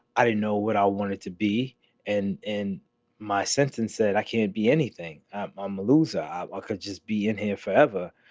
i don't know what i wanted to be in in my sentence said i can't be anything. i'm um a loser. i could just be in here forever.